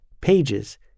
pages